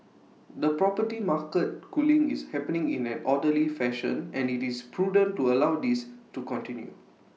the property market cooling is happening in an orderly fashion and IT is prudent to allow this to continue